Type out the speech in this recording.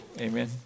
Amen